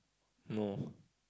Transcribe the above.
no